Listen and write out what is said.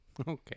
Okay